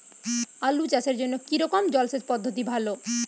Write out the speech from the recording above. আলু চাষের জন্য কী রকম জলসেচ পদ্ধতি ভালো?